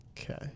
Okay